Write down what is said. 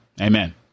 Amen